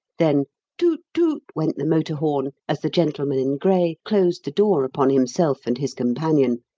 then toot-toot went the motor-horn as the gentleman in grey closed the door upon himself and his companion,